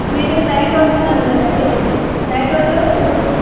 మీరు నైట్ అంటున్నారు కదా అండి నైట్ వరకు వచ్చేస్తాము